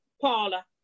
Paula